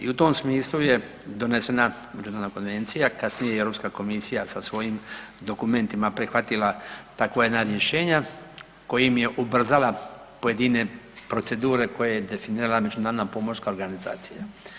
I u tom smislu je donesena međunarodna Konvencija, kasnije i Europska Komisija sa svojim dokumentima prihvatila takva jedna rješenja kojim je ubrzala pojedine procedure koje je definirala Međunarodna pomorska organizacija.